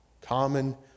common